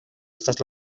estas